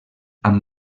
amb